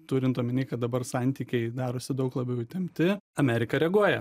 turint omeny kad dabar santykiai darosi daug labiau įtempti amerika reaguoja